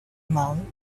man